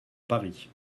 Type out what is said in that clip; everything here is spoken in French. paris